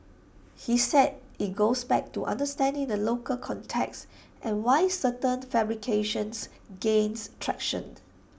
he said IT goes back to understanding the local context and why certain fabrications gains traction